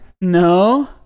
No